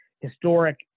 historic